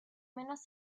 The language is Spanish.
menos